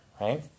right